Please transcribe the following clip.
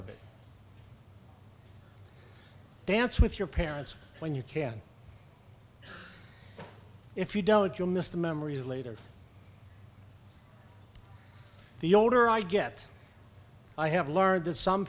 of it dance with your parents when you can if you don't you'll miss the memories later the older i get i have learned that some